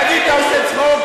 תגיד, אתה עושה צחוק?